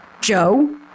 Joe